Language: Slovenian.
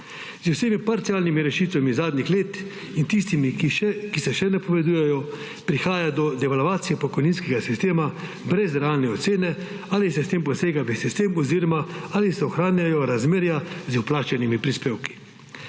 Z vsemi parcialnimi rešitvami zadnjih let in tistimi, ki se še napovedujejo, prihaja do devalvacije pokojninskega sistema brez realne ocene, ali se s tem posega v sistem oziroma ali se ohranjajo razmerja z vplačanimi prispevki.